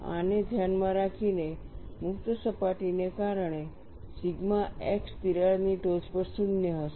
આને ધ્યાનમાં રાખીને મુક્ત સપાટીને કારણે સિગ્મા x તિરાડની ટોચ પર શૂન્ય હશે